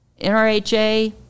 nrha